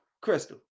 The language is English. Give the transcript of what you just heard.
Crystal